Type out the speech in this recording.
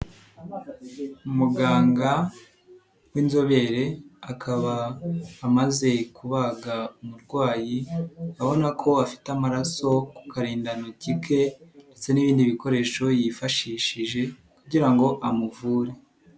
Muganga w'inzobere akaba amaze kubaga umurwayi urabona ko afite amaraso ku karindantoki ke ndetse n'ibindi bikoresho yifashishije kugira ngo amuvure.